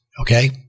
Okay